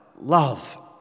love